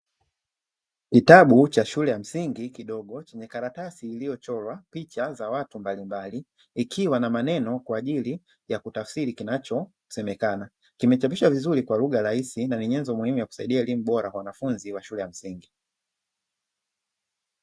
Kitabu cha shule ya msingi kidogo chenye karatasi iliyochorwa picha za watu mbalimbali, ikiwa na maneno kwa ajili ya kutafsiri kinachosemekana. Kimechapishwa vizuri kwa lugha rahisi na ni nyenzo muhimu ya kusaidia elimu bora kwa wanafunzi wa shule ya msingi.